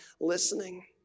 listening